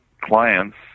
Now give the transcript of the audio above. clients